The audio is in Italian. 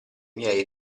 miei